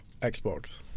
Xbox